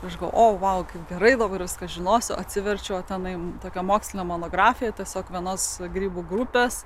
miško o vau kaip gerai dabar viską žinosiu atsiverčiau tą mums tokią mokslo monografiją tiesiog vienas grybų grupes